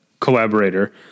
collaborator